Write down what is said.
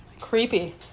Creepy